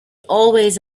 always